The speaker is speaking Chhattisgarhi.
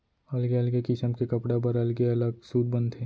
अलगे अलगे किसम के कपड़ा बर अलगे अलग सूत बनथे